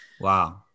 Wow